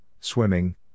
swimming